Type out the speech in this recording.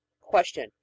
Question